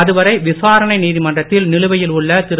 அதுவரை விசாரணை நீதிமன்றத்தில் நிலுவையில் உள்ள திரு